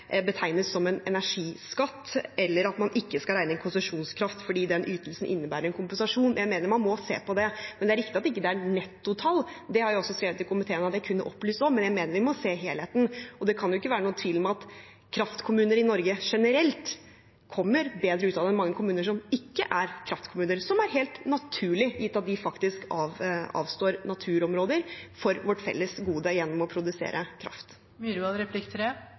betegnes som en energiskatt, eller at man ikke skal regne inn konsesjonskraft fordi den ytelsen innebærer en kompensasjon. Jeg mener man må se på det, men det er riktig at det ikke er nettotall. Det har jeg også skrevet til komiteen at jeg kunne opplyst om, men jeg mener vi må se helheten. Det kan ikke være noen tvil om at kraftkommuner i Norge generelt kommer bedre ut av det enn mange kommuner som ikke er kraftkommuner, noe som er helt naturlig, gitt at de faktisk avstår naturområder for vårt felles gode gjennom å produsere kraft.